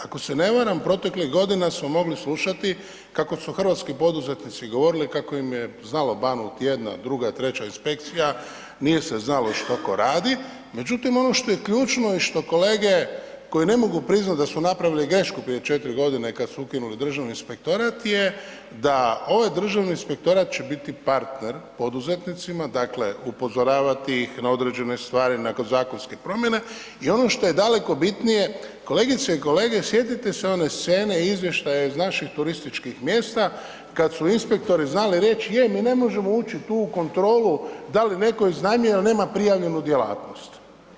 Ako se ne varam proteklih godina smo mogli slušati kako su hrvatski poduzetnici govorili kako im je znalo banut jedna, druga, treća inspekcija, nije se znalo što tko radi, međutim ono što je ključno je što kolege koji ne mogu priznati da su napravili grešku prije četiri godine kad su ukinuli Državni inspektorat je da ovaj Državni inspektorat će biti partner poduzetnicima, dakle upozoravati ih na određene stvari, na zakonske promijene, i ono što je daleko bitnije, kolegice i kolege sjetite se one scene i Izvještaja iz naših turističkih mjesta kad su inspektori znali reći je, mi ne možemo ući tu u kontrolu da li netko iznajmljuje jer nema prijavljenu djelatnost.